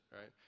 right